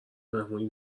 مهمونی